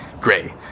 gray